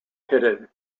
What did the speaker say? pitted